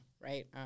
right